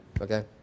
okay